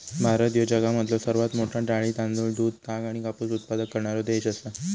भारत ह्यो जगामधलो सर्वात मोठा डाळी, तांदूळ, दूध, ताग आणि कापूस उत्पादक करणारो देश आसा